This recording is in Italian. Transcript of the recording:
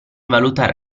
valutare